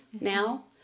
now